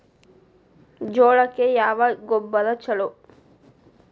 ಜೋಳಕ್ಕ ಯಾವ ಗೊಬ್ಬರ ಛಲೋ?